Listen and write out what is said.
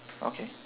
okay